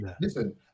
listen